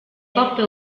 coppe